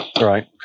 right